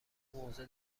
موضع